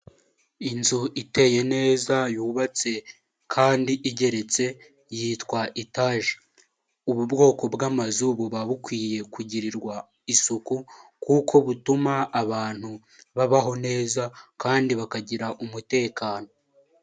Inzu iteye neza yubatse kandi igeretse yitwa etaje, ubu bwoko bw'amazu buba bukwiye kugirirwa isuku kuko butuma abantu babaho neza kandi bakagira umutekano.